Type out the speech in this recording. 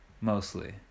mostly